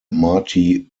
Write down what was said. marty